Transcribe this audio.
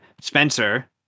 Spencer